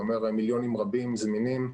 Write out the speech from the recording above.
זה אומר מיליונים רבים זמינים,